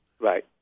Right